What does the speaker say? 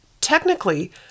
technically